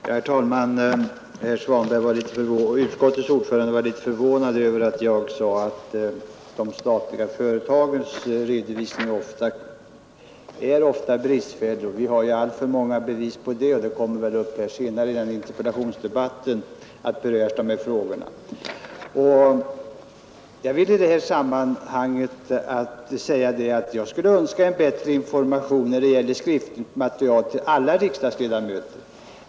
Herr talman! Utskottets ordförande var litet förvånad över att jag sade att de statliga företagens redovisning ofta är bristfällig. Vi har alltför många bevis på detta, och den frågan kommer väl att beröras senare i samband med interpellationsdebatten. Jag vill i sammanhanget säga, att jag skulle önska att alla riksdagsledamöter får bättre skriftlig information när det gäller statsföretagen.